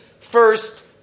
first